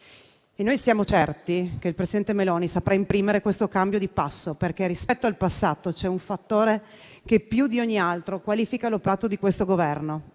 e siamo certi che il presidente Meloni saprà imprimere questo cambio di passo, perché rispetto al passato c'è un fattore che più di ogni altro qualifica l'operato di questo Governo